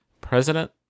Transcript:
president